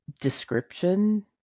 description